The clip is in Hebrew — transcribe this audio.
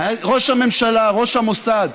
ראש הממשלה, ראש המוסד,